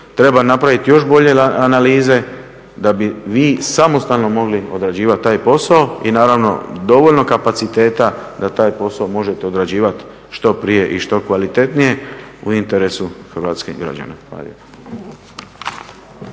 Treba napraviti još bolje analize da bi vi samostalno mogli odrađivati taj posao i naravno dovoljno kapaciteta da taj posao možete odrađivati što prije i što kvalitetnije u interesu hrvatskih građana. Hvala